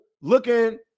looking